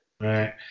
Right